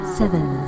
seven